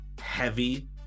heavy